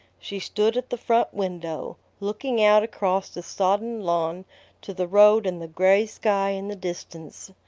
she stood at the front window, looking out across the sodden lawn to the road and the gray sky in the distance.